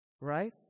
Right